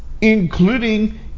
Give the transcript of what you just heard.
including